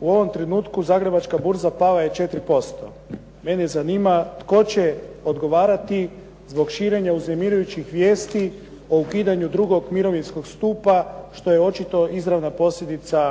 U ovom trenutku Zagrebačka burza pala je 4%. Mene zanima tko će odgovarati zbog širenja uznemirujućih vijesti o ukidanju drugog mirovinskog stupa što je očito izravna posljedica